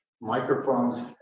microphones